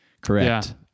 Correct